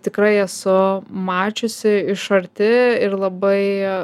tikrai esu mačiusi iš arti ir labai